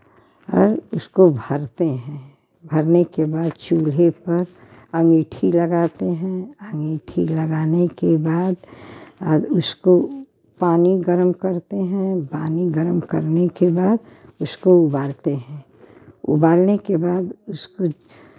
और उसको भरते हैं भरने के बाद चूल्हे पर अंगीठी लगाते हैं अंगीठी लगाने के बाद उसको पानी गरम करते हैं पानी गरम करने के बाद उसको उबालते हैं उबालने के बाद उसको